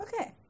Okay